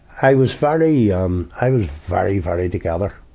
i was very, yeah ah um, i was very, very together.